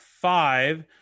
five